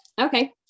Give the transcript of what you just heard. Okay